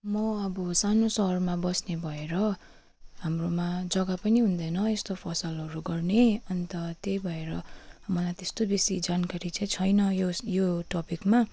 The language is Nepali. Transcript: म अब सानो सहरमा बस्ने भएर हाम्रोमा जग्गा पनि हुँदैन यस्तो फसलहरू गर्ने अन्त त्यही भएर मलाई तेस्तो बेसी जानकारी चाहिँ छैन यो यो टपिकमा